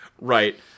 Right